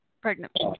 pregnant